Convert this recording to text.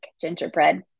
gingerbread